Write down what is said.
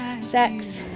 sex